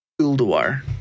Ulduar